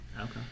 Okay